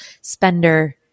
spender